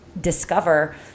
discover